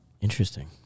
Interesting